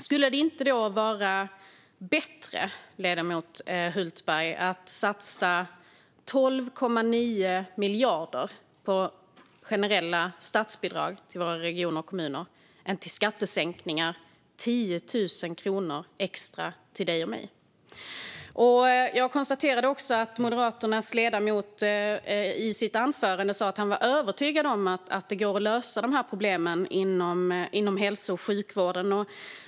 Skulle det då inte vara bättre, ledamoten Hultberg, att satsa 12,9 miljarder på generella statsbidrag till våra regioner och kommuner än på skattesänkningar på 10 000 kronor extra till dig och mig? Moderaternas ledamot sa i sitt anförande att han var övertygad om att det går att lösa dessa problem inom hälso och sjukvården.